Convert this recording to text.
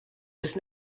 was